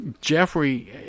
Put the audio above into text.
Jeffrey